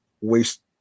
waste